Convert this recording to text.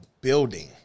building